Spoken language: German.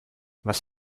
was